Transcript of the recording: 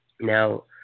Now